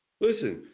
Listen